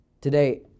Today